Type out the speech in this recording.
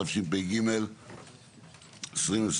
התשפ"ג-2023.